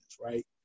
right